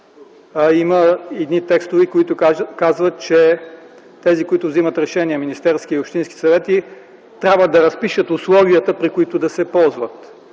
Има текстове, които казват, че тези, които вземат решения – министерствата и общинските съвети, трябва да запишат условията, при които ще се ползват.